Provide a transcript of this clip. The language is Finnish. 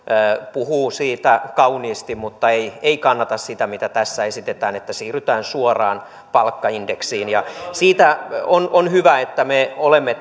puhuu siitä kauniisti mutta ei ei kannata sitä mitä tässä esitetään että siirrytään suoraan palkkaindeksiin on on hyvä että me olemme